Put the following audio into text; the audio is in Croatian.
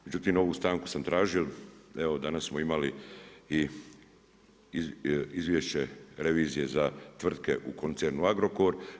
Međutim, ovu stanku sam tražio, evo danas smo imali i Izvješće revizije za tvrtke u koncernu Agrokor.